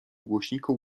głośniku